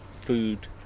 Food